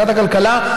ועדת הכלכלה,